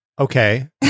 Okay